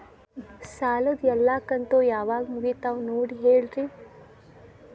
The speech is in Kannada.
ಸಾಲದ ಎಲ್ಲಾ ಕಂತು ಯಾವಾಗ ಮುಗಿತಾವ ನೋಡಿ ಹೇಳ್ರಿ